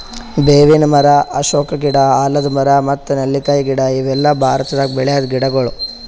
ಬೇವಿನ್ ಮರ, ಅಶೋಕ ಗಿಡ, ಆಲದ್ ಮರ ಮತ್ತ್ ನೆಲ್ಲಿಕಾಯಿ ಗಿಡ ಇವೆಲ್ಲ ಭಾರತದಾಗ್ ಬೆಳ್ಯಾದ್ ಗಿಡಗೊಳ್